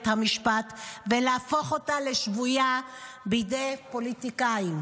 המשפט ולהפוך אותה לשבויה בידי פוליטיקאים.